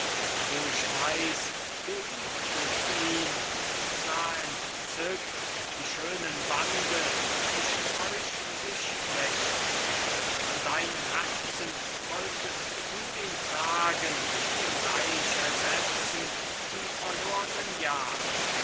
o ich weiß du liebtest ihn ich sah entzückt die schönen bande zwischen euch sich flechten an deinem herzen wolltest du ihn tragen ihm reich ersetzen die verlornen jahre